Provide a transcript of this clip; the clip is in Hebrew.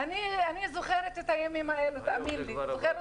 אני זוכרת את הימים האלה טוב מאוד,